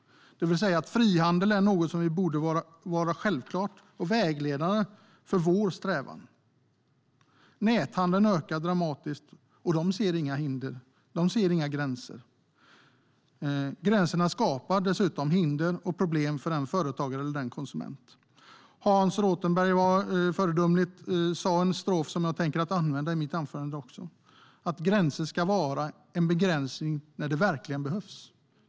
Frihandel är alltså något som borde vara självklart och vara vägledande för vår strävan. Näthandeln ökar dramatiskt, och de ser inga hinder, inga gränser. Gränser skapar dessutom hinder och problem för företagare och konsumenter. Hans Rothenberg sa föredömligt något som jag tänker använda också i mitt anförande, att gränser ska vara en begränsning när det verkligen behövs.